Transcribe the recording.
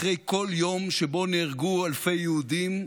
אחרי כל יום שבו נהרגו אלפי יהודים,